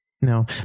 No